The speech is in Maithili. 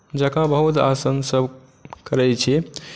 जकाँ बहुत आसनसभ करैत छी